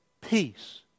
peace